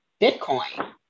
Bitcoin